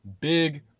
Big